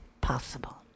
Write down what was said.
possible